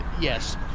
Yes